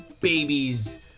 Babies